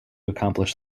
accomplish